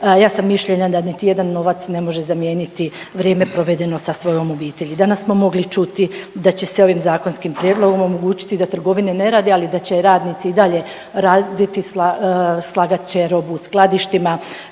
ja sam mišljenja da niti jedan novac ne može zamijeniti vrijeme provedeno sa svojom obitelji. Danas smo mogli čuti da će se ovim zakonskim prijedlogom omogućiti da trgovine ne rade, ali da će radnici i dalje raditi, slagat će robu u skladištima